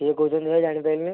କିଏ କହୁଛନ୍ତି ଆଜ୍ଞା ଜାଣିପାରିଲିନି